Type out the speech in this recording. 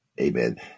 Amen